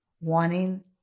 wanting